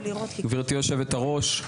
גברתי היושבת-ראש,